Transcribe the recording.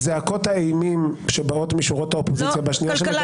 זעקות האימים שבאות משורות האופוזיציה בשנייה שמזכירים את